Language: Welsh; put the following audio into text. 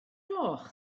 gloch